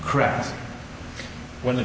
craft when the